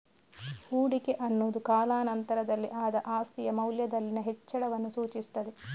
ಹೂಡಿಕೆ ಅನ್ನುದು ಕಾಲಾ ನಂತರದಲ್ಲಿ ಆದ ಆಸ್ತಿಯ ಮೌಲ್ಯದಲ್ಲಿನ ಹೆಚ್ಚಳವನ್ನ ಸೂಚಿಸ್ತದೆ